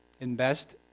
Invest